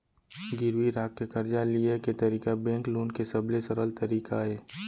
गिरवी राख के करजा लिये के तरीका बेंक लोन के सबले सरल तरीका अय